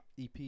EP